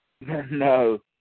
No